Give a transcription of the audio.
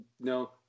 No